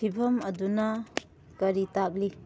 ꯐꯤꯕꯝ ꯑꯗꯨꯅ ꯀꯔꯤ ꯇꯥꯛꯂꯤ